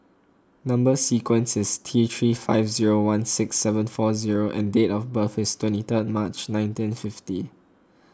Number Sequence is T three five zero one six seven four O and date of birth is twenty third March nineteen fifty